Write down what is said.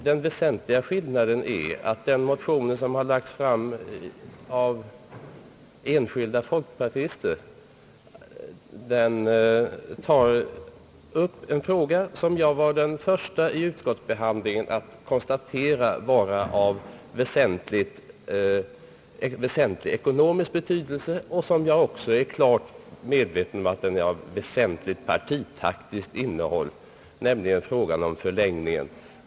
Den väsentliga skillnaden är att den motion som väckts av enskilda folkpartister tar upp en fråga som jag i utskottsbehandlingen var den förste att konstatera hade en väsentlig ekonomisk betydelse och även ett partitaktiskt innehåll, nämligen frågan om förlängningen.